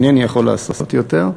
אינני יכול לעשות יותר.